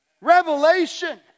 Revelation